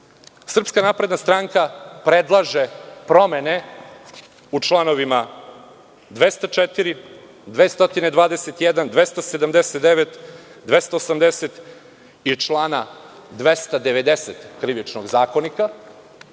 napredna stranka predlaže promene u čl. 204, 221, 279, 280. i člana 290. Krivičnog zakonika.